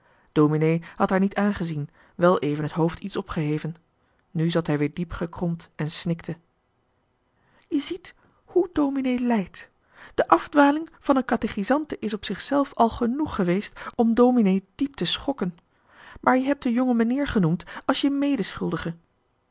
had haar niet aangezien wel even het hoofd iets opgeheven nu zat hij weer diep gekromd en snikte je ziet hoe dominee lijdt de afdwaling van johan de meester de zonde in het deftige dorp een katechisante is op zichzelf al genoeg geweest om dominee diep te schokken maar je hebt de jongemeneer genoemd als je